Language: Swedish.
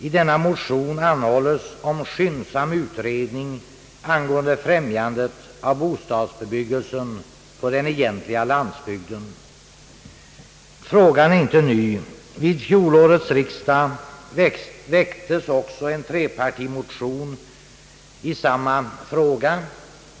I denna motion anhålles om skyndsam utredning angående främjandet av bostadsbebyggelsen på den egentliga landsbygden. Frågan är inte ny. Vid fjolårets riksdag väcktes också en trepartimotion i samma fråga.